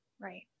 Right